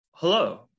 Hello